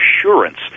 assurance